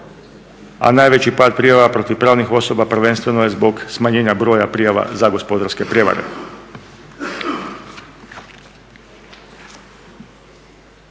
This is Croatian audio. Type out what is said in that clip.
a najveći pad prijava protiv pravnih osoba prvenstveno je zbog smanjenja broja prijava za gospodarske prijevare.